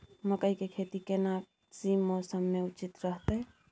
मकई के खेती केना सी मौसम मे उचित रहतय?